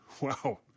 wow